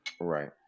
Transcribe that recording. Right